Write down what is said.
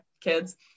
kids